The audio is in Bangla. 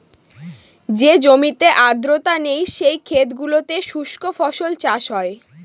যে জমিতে আর্দ্রতা নেই, সেই ক্ষেত গুলোতে শুস্ক ফসল চাষ হয়